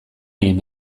egin